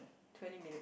twenty minute